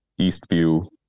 Eastview